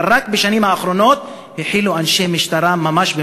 אבל רק בשנים האחרונות החלו אנשי משטרה ממש,